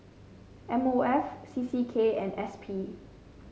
M O F C C K and S P